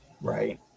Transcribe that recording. Right